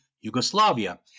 Yugoslavia